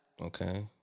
Okay